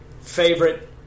favorite